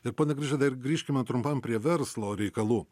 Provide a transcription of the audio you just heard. ir pone grižai dar grįžkime trumpam prie verslo reikalų